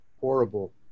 horrible